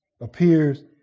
appears